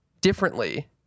differently